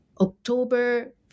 October